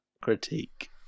critique